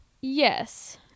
Yes